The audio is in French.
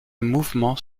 mouvement